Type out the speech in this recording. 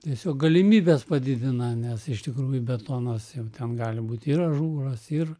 tiesiog galimybes padidina nes iš tikrųjų betonas jau ten gali būt ir ažūras ir